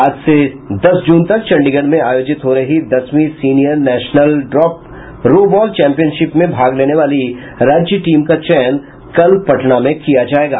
सात से दस जून तक चंडीगढ़ में आयोजित हो रहे दसवीं senior national drop row ball championship में भाग लेने वाली राज्य टीम का चयन कल पटना में किया जायेगा